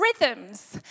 rhythms